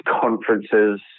conferences